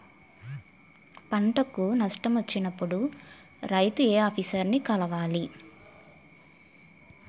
పంటకు నష్టం వచ్చినప్పుడు రైతు ఏ ఆఫీసర్ ని కలవాలి?